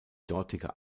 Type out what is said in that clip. dortige